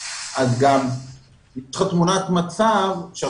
אז אם עכשיו תשאל אנשים,